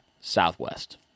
southwest